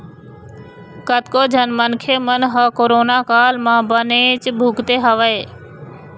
कतको झन मनखे मन ह कोरोना काल म बनेच भुगते हवय